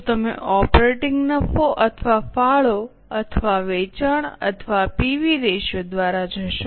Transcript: શું તમે ઓપરેટીંગ નફો અથવા ફાળો અથવા વેચાણ અથવા પીવી રેશિયો દ્વારા જશો